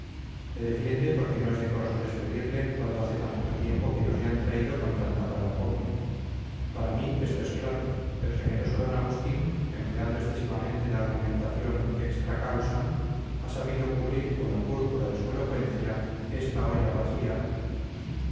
le defiende porque no es decoroso despedirle cuando hace tan poco tiempo que nos le han traído con tanta parambomba para mí esto es claro el generoso d agustín empleando excesivamente la argumentación extra causam ha sabido cubrir con la púrpura de su elocuencia esta olla vacía